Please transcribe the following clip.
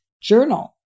journal